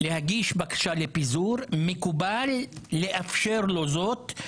להגיש בקשה לפיזור, מקובל לאפשר לו זאת.